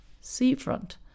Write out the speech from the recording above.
seafront